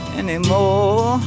anymore